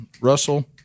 Russell